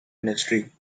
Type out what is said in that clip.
industry